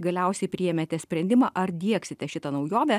galiausiai priėmėte sprendimą ar diegsite šitą naujovę